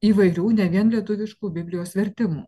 įvairių ne vien lietuviškų biblijos vertimų